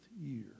year